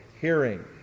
hearing